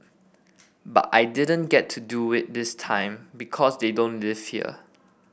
but I didn't get to do it this time because they don't live here